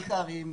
אחים זוטרים,